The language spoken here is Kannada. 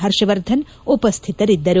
ಹರ್ಷವರ್ಧನ್ ಉಪಸ್ಟಿತರಿದ್ದರು